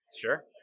sure